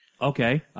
Okay